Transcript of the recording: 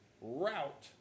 route